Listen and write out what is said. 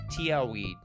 TLWeed